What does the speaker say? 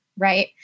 Right